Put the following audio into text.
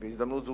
בהזדמנות זו,